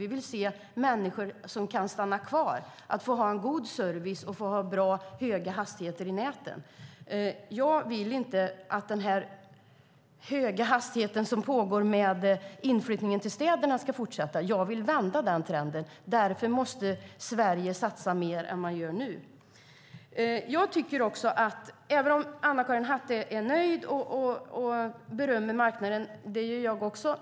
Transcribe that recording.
Vi vill att människor ska kunna stanna kvar med god service och höga hastigheter i näten. Jag vill inte att inflyttningen till städerna ska fortsätta med den höga hastighet som nu råder. Jag vill vända den trenden. Därför måste Sverige satsa mer än man gör nu. Anna-Karin Hatt är nöjd och berömmer marknaden, vilket jag också gör.